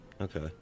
okay